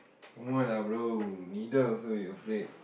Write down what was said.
come on ah bro needle also you afraid